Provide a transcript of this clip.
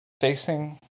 facing